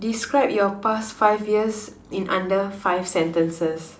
describe your past five years in under five sentences